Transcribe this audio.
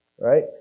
Right